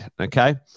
Okay